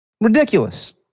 Ridiculous